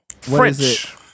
French